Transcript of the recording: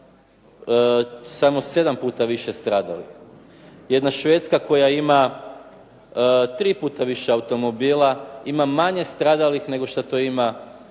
samo 7 puta više stradalih. Jedna Švedska koja ima tri 3 puta više automobila ima manje stradalih nego što to ima